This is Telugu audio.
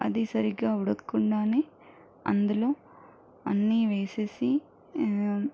అది సరిగ్గా ఉడక్కుండానే అందులో అన్నీ వేసేసి